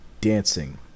dancing